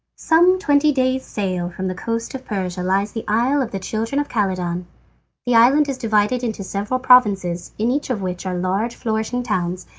some twenty days' sail from the coast of persia lies the isle of the children of khaledan. the island is divided into several provinces, in each of which are large flourishing towns,